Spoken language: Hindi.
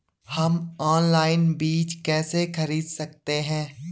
हम ऑनलाइन बीज कैसे खरीद सकते हैं?